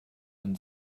and